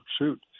shoot